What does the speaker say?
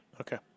Okay